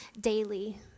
daily